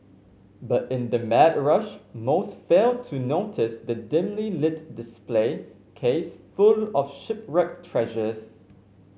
but in the mad rush most fail to notice the dimly lit display case full of shipwreck treasures